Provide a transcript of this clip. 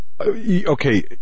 Okay